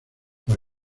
por